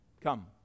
come